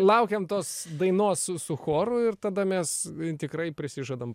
laukiam tos dainos su choru ir tada mes tikrai prisižadam